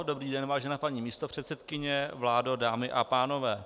Dobrý den, vážená paní místopředsedkyně, vládo, dámy a pánové.